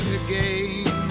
again